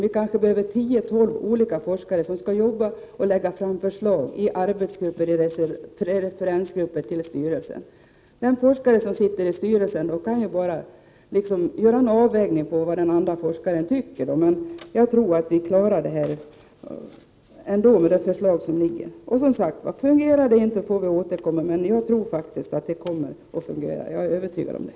Vi kanske behöver tio—tolv olika forskare som skulle arbeta i arbetsgrupper och referensgrupper och lägga fram förslag till styrelsen. En enda forskare i styrelsen skulle ju bara ha möjlighet att göra bedömningar av vad andra forskare kommit fram till. Jag tror att vi med det framlagda förslaget kommer att klara detta. Om det inte fungerar får vi återkomma, men jag är övertygad om att det kommer att göra det.